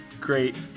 great